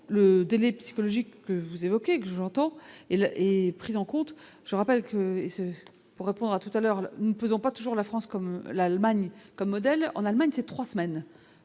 le délai psychologique que vous évoquez, que j'entends et le et prise en compte, je rappelle qu'et ce, pour répondre à toute à l'heure, ne faisons pas toujours la France comme l'Allemagne comme modèle en Allemagne, ces 3 semaines,